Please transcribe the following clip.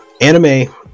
anime